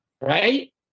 right